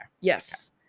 Yes